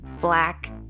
black